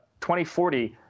2040